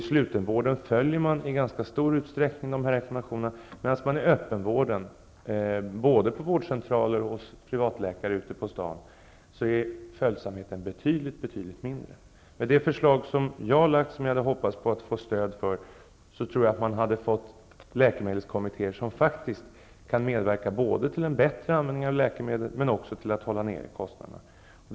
I slutenvården följs i ganska stor utsträckning dessa rekommendationer, medan följsamheten i öppenvården, både på vårdcentraler och hos privatläkare, är betydligt mindre. Med det förslag som jag har lagt, och som jag hade hoppats på att få stöd för, tror jag att det hade kunnat gå att skapa läkemedelskommittér som kan medverka till en bättre användning av läkemedel och till att hålla kostnaderna nere.